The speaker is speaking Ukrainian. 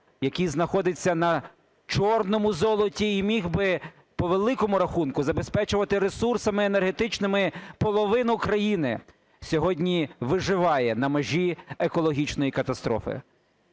який знаходиться на чорному злоті і міг би, по великому рахунку, забезпечувати ресурсами енергетичними половину країни, сьогодні виживає на межі екологічної катастрофи.